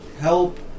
help